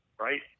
right